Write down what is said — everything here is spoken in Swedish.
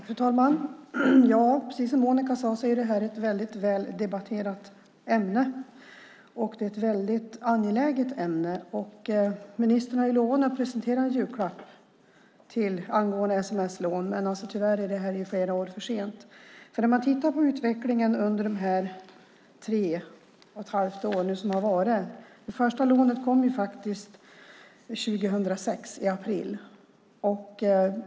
Fru talman! Precis som Monica sade är detta ett väldebatterat ämne, och det är ett väldigt angeläget ämne. Ministern har ju lovat att presentera en julklapp angående sms-lån, men tyvärr är det flera år för sent. Man kan titta på den utveckling som har varit under de gångna tre och ett halvt åren. Det första lånet kom i april 2006.